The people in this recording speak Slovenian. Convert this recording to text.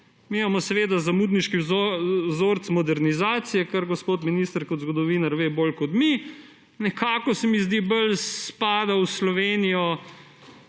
mi imamo seveda zamudniški vzorec modernizacije, kar gospod minister kot zgodovinar ve bolj kot mi – se mi zdi, da bolj spada v Slovenijo